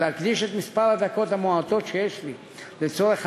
ולהקדיש את הדקות המועטות שיש לי לעניין.